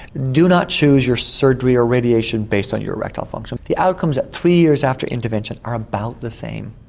do not choose your surgery or radiation based on your erectile function. the outcomes at three years after intervention are about the same.